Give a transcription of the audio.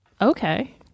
okay